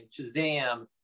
Shazam